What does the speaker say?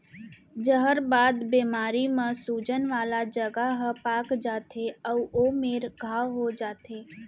जहरबाद बेमारी म सूजन वाला जघा ह पाक जाथे अउ ओ मेरा घांव हो जाथे